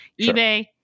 eBay